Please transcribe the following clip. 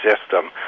system